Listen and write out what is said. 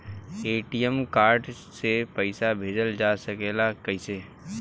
ATM card से पइसा भेजल जा सकेला कइसे?